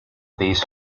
these